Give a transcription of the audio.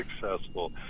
successful